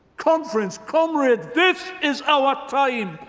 conference, comrades, this is our time.